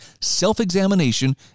self-examination